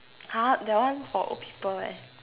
!huh! that one for old people leh